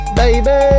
baby